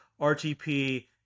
RTP